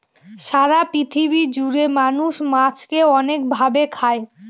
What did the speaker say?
সারা পৃথিবী জুড়ে মানুষ মাছকে অনেক ভাবে খায়